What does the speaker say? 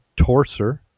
Torser